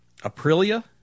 Aprilia